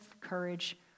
courage